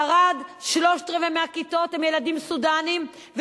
ערד, שלושה-רבעים מהילדים בכיתות הם סודנים.